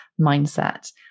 mindset